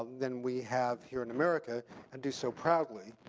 than we have here in america and do so proudly.